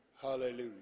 hallelujah